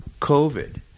covid